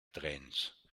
trends